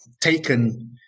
taken